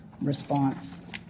response